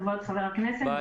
כבוד חבר הכנסת.